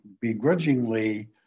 begrudgingly